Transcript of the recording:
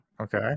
Okay